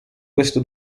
questo